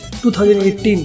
2018